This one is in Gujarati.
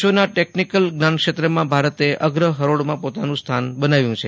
વિશ્વના ટેકનિકલ જ્ઞાનક્ષેત્રમાં ભારતે અગ્રહરોળમાં પોતાનું સ્થાન બનાવ્યું છે